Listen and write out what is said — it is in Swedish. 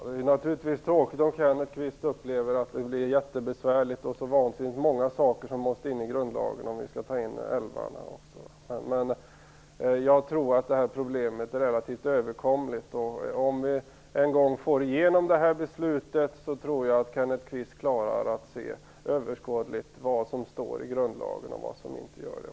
Herr talman! Det är tråkigt om Kenneth Kvist upplever att det blir mycket besvärligt och för många saker som måste tas in i grundlagen om vi skall ta in älvarna också. Men jag tror att detta problem är relativt överkomligt. Om vi en gång får igenom detta beslut, tror jag att Kenneth Kvist klarar att se överskådligt vad som står i grundlagen och vad som inte gör det.